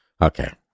Okay